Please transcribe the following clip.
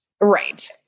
Right